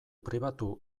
pribatu